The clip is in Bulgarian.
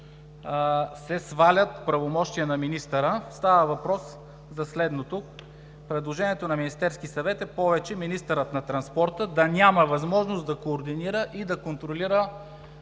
се свалят правомощия на министъра? Става въпрос за следното – предложението на Министерския съвет е министърът на транспорта повече да няма възможност да координира и да контролира